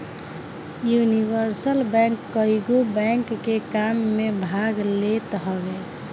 universal bank कईगो bank के काम में भाग लेत हवे